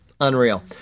Unreal